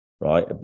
right